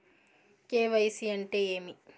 KYC అంటే ఏమి?